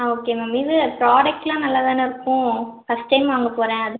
ஆ okay ma'am இது ப்ராடெக்ட்டெல்லாம் நல்லாத்தானே இருக்கும் ஃபர்ஸ்ட் டைம் வாங்கப்போகிறேன் அது